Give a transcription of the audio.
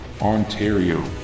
Ontario